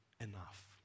enough